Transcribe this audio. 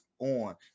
on